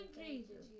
jesus